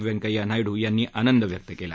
वैंकय्या नायडू यांनी आंनद व्यक्त केला